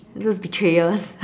those betrayers